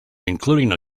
including